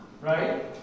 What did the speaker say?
Right